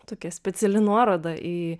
tokia speciali nuoroda į